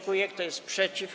Kto jest przeciw?